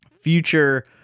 future